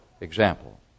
example